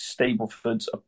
Stableford's